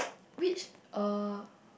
which uh